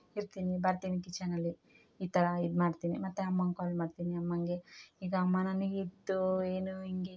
ಇರ್ತಿನಿ ಬರ್ತಿನಿ ಕಿಚನಲ್ಲಿ ಈ ಥರ ಇದು ಮಾಡ್ತಿನಿ ಮತ್ತು ಅಮ್ಮಂಗೆ ಕಾಲ್ ಮಾಡ್ತಿನಿ ಅಮ್ಮಂಗೆ ಈಗ ಅಮ್ಮ ನನಗೆ ಇತ್ತು ಏನು ಹಿಂಗೆ